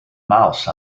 mouse